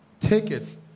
tickets